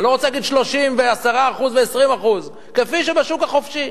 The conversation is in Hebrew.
ואני לא רוצה להגיד 30% ו-10% ו-20% כפי שבשוק החופשי.